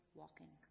walking